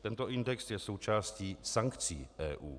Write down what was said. Tento index je součástí sankcí EU.